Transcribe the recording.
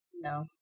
No